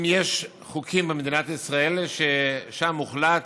אם יש חוקים במדינת ישראל ששם הוחלט